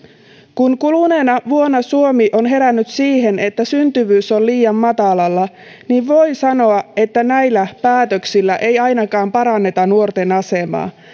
kun kuluneena vuonna suomi on herännyt siihen että syntyvyys on liian matalalla niin voi sanoa että näillä päätöksillä ei ainakaan paranneta nuorten asemaa